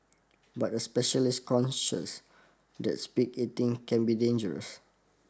but a specialist conscious that speed eating can be dangerous